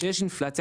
כשיש יש אינפלציה,